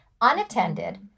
unattended